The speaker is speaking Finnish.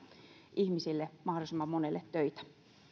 ihmisille mahdollisimman monelle töitä